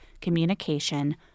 communication